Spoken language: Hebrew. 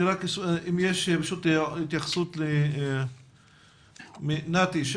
אם יש התייחסות מנתי.